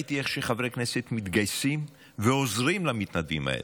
ראיתי איך חברי כנסת מתגייסים ועוזרים למתנדבים האלה.